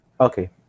Okay